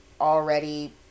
already